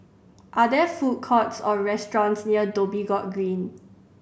are there food courts or restaurants near Dhoby Ghaut Green